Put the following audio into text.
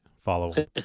follow